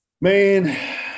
Man